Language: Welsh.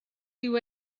dyw